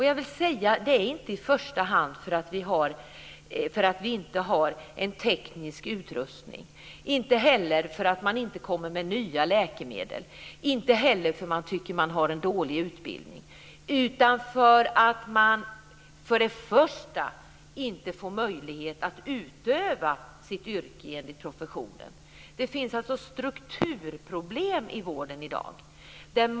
Jag vill säga att det inte i första hand är för att vi inte har en teknisk utrustning, inte heller för att man inte kommer med nya läkemedel, inte heller för att man tycker att man har en dålig utbildning, utan för att man först och främst inte får möjlighet att utöva sitt yrke enligt professionen. Det finns alltså strukturproblem i vården i dag.